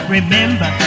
Remember